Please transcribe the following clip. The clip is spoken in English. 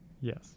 Yes